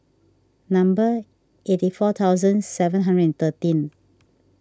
number eighty four thousands seven hundred and thirteen